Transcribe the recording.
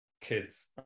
kids